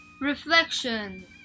Reflection